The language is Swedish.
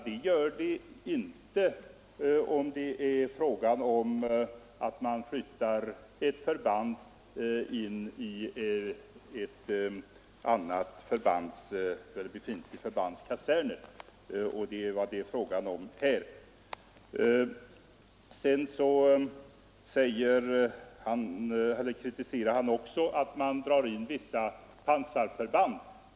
Det gör den inte om det är fråga om att flytta in i ett befintligt förbands kaserner och det var det här. Vidare kritiserar herr Danell att man drar in vissa pansarförband.